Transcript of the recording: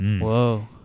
Whoa